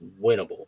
winnable